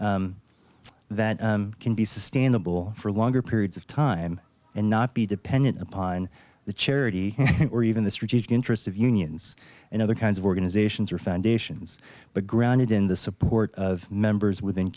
workers that can be sustainable for longer periods of time and not be dependent upon the charity or even the strategic interests of unions and other kinds of organizations or foundations but grounded in the support of members within